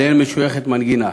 שאליהן משויכת המנגינה.